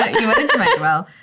ah you went into madewell.